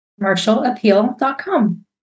Marshallappeal.com